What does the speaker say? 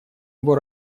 его